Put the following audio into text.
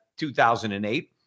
2008